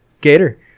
gator